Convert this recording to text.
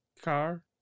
car